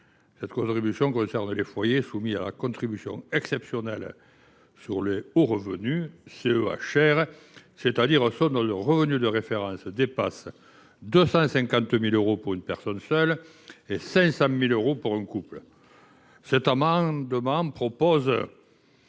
Cette contribution concerne les foyers soumis à la contribution exceptionnelle sur les hauts revenus (CEHR), c’est à dire ceux dont le revenu de référence dépasse le seuil de 250 000 euros pour une personne seule et de 500 000 euros pour un couple. Cet amendement, présenté